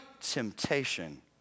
Temptation